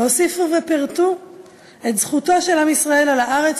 והוסיפו ופירטו את זכותו של עם ישראל על הארץ